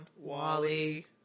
Wally